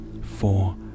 four